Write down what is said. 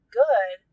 good